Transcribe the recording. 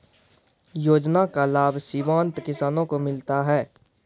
योजना का लाभ सीमांत किसानों को मिलता हैं?